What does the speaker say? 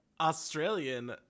Australian